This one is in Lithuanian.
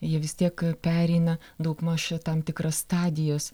jie vis tiek pereina daugmaž tam tikras stadijas